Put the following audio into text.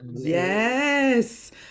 Yes